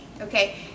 Okay